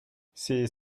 c’est